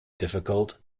difficult